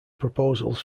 proposals